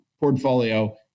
portfolio